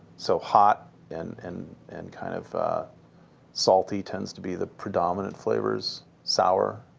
so hot and and and kind of salty tends to be the predominant flavors, sour,